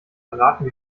verraten